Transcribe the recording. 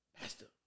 Pastor